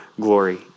glory